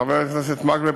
חבר הכנסת מקלב,